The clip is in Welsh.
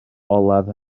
olaf